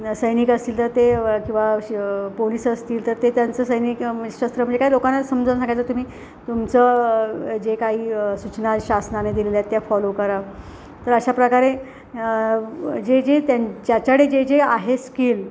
सैनिक असतील तर ते किंवा शि पोलिस असतील तर ते त्यांचं सैनिक मी शस्त्र म्हणजे काही लोकांना समजावणं काय तर तुम्ही तुमचं जे काही सूचना शासनाने दिलेल्याएत त्या फॉलो करा तर अशा प्रकारे जे जे त्यांच्याकडे जे जे आहे स्किल